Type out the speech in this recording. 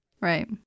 Right